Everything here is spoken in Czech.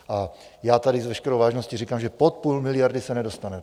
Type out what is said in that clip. Já tady s veškerou vážností říkám, že pod půl miliardy se nedostanete.